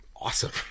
awesome